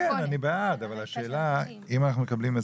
אני בעד אבל השאלה אם אנחנו מקבלים את